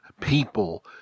people